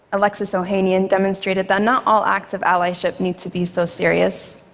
alexis ohanian, demonstrated that not all active allyship needs to be so serious.